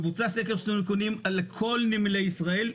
בוצע סקר סיכונים על כל נמלי ישראל,